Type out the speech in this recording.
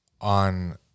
on